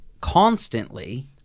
constantly